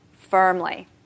Firmly